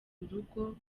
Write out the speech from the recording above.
urugo